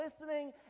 listening